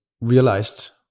realized